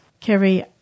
Kerry